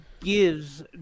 gives